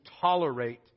tolerate